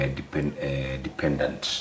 dependent